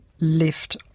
left